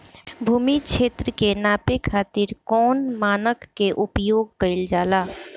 भूमि क्षेत्र के नापे खातिर कौन मानक के उपयोग कइल जाला?